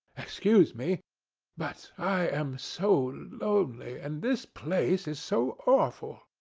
excuse me but i am so lonely and this place is so awful.